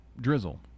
Drizzle